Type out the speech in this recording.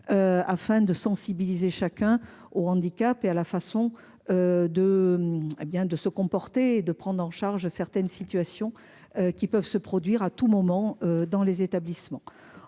Afin de sensibiliser chacun au handicap et à la façon. De. Bien de se comporter de prendre en charge certaines situations qui peuvent se produire à tout moment dans les établissements